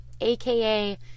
AKA